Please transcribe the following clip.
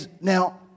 Now